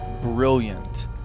brilliant